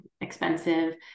expensive